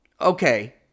okay